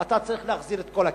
אתה צריך להחזיר את כל הכסף.